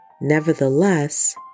Nevertheless